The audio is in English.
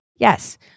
Yes